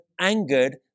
angered